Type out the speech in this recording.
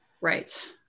Right